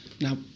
Now